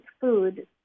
food